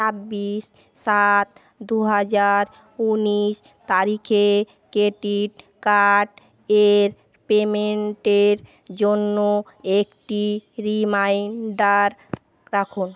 ছাব্বিশ সাত দু হাজার উনিশ তারিখে ক্রেডিট কার্ডের পেমেন্টের জন্য একটি রিমাইন্ডার রাখুন